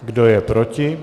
Kdo je proti?